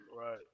Right